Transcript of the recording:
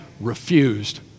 refused